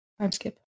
timeskip